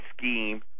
scheme